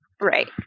Right